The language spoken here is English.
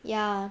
ya